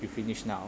you finish now